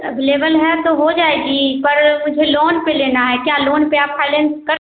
अवलेवल है तो हो जाएगी पर मुझे लोन पर लेना है क्या लोन पर आप फाइनेंस कर